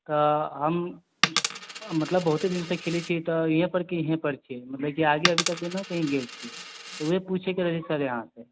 तऽ हम मतलब बहुते दिन सऽ खेलै छियै तऽ इहें पर के इहें पर छियै मतलब आगे अभी तक ना कहीं गेल छियै तऽ उहे पूछे के रहै सर अहाँ से